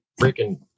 freaking